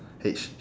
!hey!